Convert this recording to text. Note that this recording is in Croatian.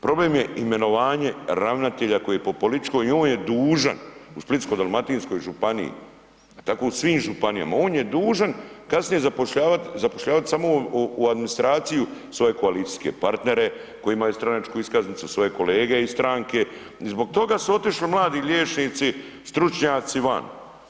Problem je imenovanje ravnatelja koji je po političkoj i on je dužan u Splitsko-dalmatinskoj županiji, tako u svim županijama, on je dužan kasnije zapošljavat samo u administraciju svoje koalicijske partnere koje imaju stranačku iskaznicu, svoje kolege iz stranke i zbog toga su otišli mladi liječnici stručnjaci van.